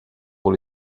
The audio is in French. pour